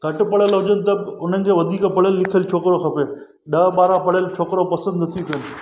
घटि पढ़ियल हुजनि त बि उन्हनि खे वधीक पढ़ियल लिखियल छोकिरो खपे ॾह ॿारहां पढ़ियल छोकिरो पसंदि नथी कनि